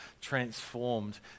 transformed